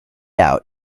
out